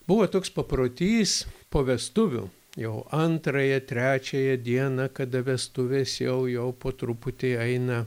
buvo toks paprotys po vestuvių jau antrąją trečiąją dieną kada vestuvės jau jau po truputį eina